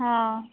ହଁ